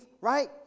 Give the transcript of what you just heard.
right